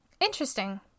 Interesting